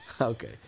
Okay